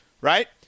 right